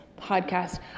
podcast